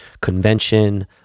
convention